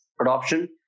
adoption